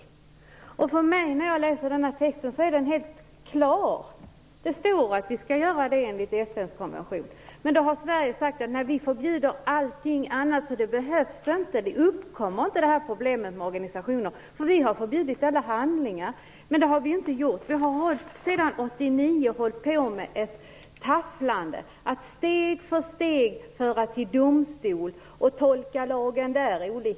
För mig är denna text helt klar. Det står att vi skall göra detta enligt FN:s konvention. Men i Sverige har man sagt att man ju förbjuder allting annat, så det behövs inte. Problemet med organisationer uppkommer inte eftersom vi har förbjudit alla handlingar. Men det har vi ju inte gjort! Vi har sedan 1989 hållit på med ett tafflande, att steg för steg föra till domstol och tolka lagen olika där.